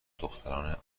دختران